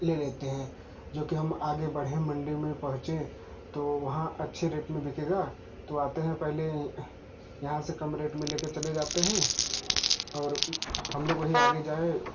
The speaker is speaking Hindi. ले लेते हैं जो कि हम आगे बढ़े मंडी में पहुँचे तो वहाँ अच्छे रेट में बिकेगा तो आते हैं पहले यहाँ से कम रेट में चले जाते हैं हम लोग वहीं आगे जाएँ